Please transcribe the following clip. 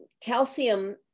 calcium